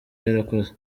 yarakoze